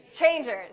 changers